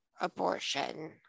abortion